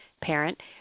parent